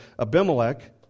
Abimelech